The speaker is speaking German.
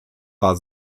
war